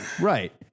Right